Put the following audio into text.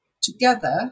together